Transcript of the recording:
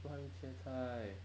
让他们切菜